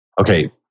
okay